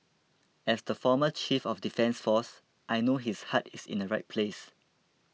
as the former chief of defence force I know his heart is in the right place